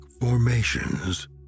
formations